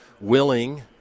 willing